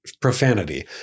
profanity